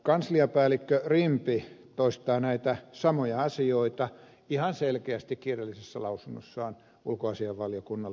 kansliapäällikkö rimpi toistaa näitä samoja asioita ihan selkeästi kirjallisessa lausunnossaan ulkoasiainvaliokunnalle